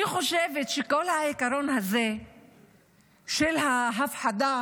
אני חושבת שכל העיקרון הזה של ההפחדה